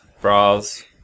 bras